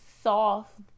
soft